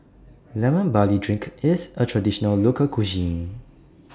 Lemon Barley Drink IS A Traditional Local Cuisine